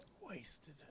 Wasted